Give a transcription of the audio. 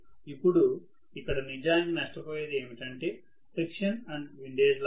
ఇప్పుడు ఇక్కడ నిజానికి నష్టపోయేది ఏమిటంటే ఫ్రిక్షన్ అండ్ విండేజ్ లాసెస్